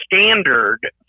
standard